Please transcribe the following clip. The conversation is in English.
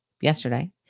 yesterday